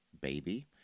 baby